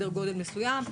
החל מסדר גודל מסוים,